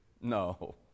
No